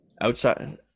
Outside